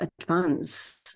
advance